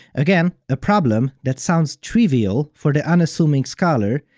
again, a problem that sounds trivial for the unassuming scholar,